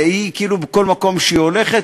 וכאילו בכל מקום שהיא הולכת,